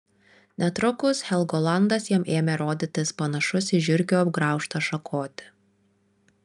netrukus helgolandas jam ėmė rodytis panašus į žiurkių apgraužtą šakotį